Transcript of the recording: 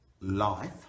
Life